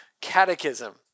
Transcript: Catechism